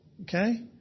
Okay